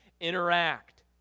interact